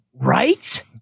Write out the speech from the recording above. Right